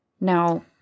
Now